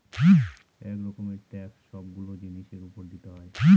এক রকমের ট্যাক্স সবগুলো জিনিসের উপর দিতে হয়